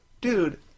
dude